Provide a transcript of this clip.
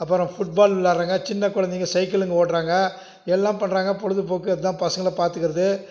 அப்புறம் football விளாடுறாங்க சின்னக் கொழந்தைங்க சைக்கிளுங்க ஓட்டுறாங்க எல்லாம் பண்ணுறாங்க பொழுதுபோக்கு அதுதான் பசங்களை பார்த்துக்கறது